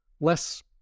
less